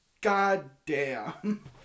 goddamn